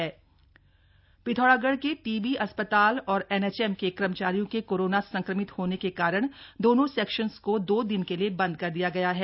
corona update Pithoragarh के TB अस्पताल और एनएचएम के कर्मचारियों के कोरोना संक्रमित होने के कारण दोनों सेक्शन को दो दिन के लिए बंद कर दिया गया है